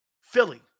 Philly